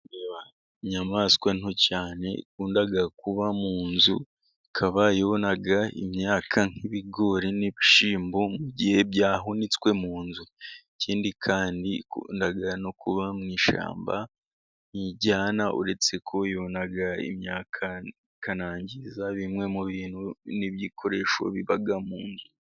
Inyamaswa nto cyane ikunda kuba mu nzu, ikaba irya imyaka nk'ibigori n'ibishyimbo mu gihe byahunitswe mu nzu, ikindi kandi ikunda no kuba mu ishyamba ntiryana uretse ko yona imyaka ikanangiza bimwe mu bintu n'ibikoresho biba mu nzu.